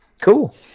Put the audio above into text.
Cool